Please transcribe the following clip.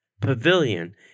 pavilion